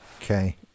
Okay